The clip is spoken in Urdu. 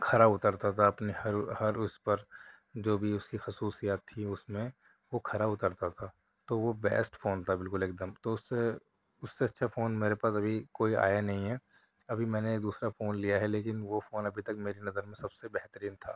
کھرا اترتا تھا اپنے ہر ہر اس پر جو بھی اس کی خصوصیات تھیں اس میں وہ کھرا اترتا تھا تو وہ بیسٹ فون تھا بالکل ایک دم تو اس سے اس سے اچھا فون میرے پاس ابھی کوئی آیا نہیں ہے ابھی میں نے دوسرا فون لیا ہے لیکن وہ فون ابھی تک میری نظر میں سب سے بہترین تھا